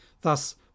thus